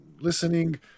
listening